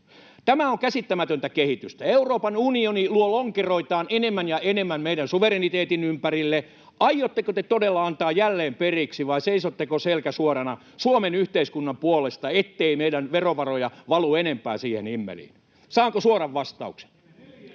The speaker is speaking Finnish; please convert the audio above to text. Tämä on käsittämätöntä kehitystä. Euroopan unioni luo lonkeroitaan enemmän ja enemmän meidän suvereniteetin ympärille. Aiotteko te todella antaa jälleen periksi vai seisotteko selkä suorana Suomen yhteiskunnan puolesta, ettei meidän verovaroja valu enempää siihen himmeliin? Saanko suoran vastauksen?